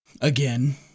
Again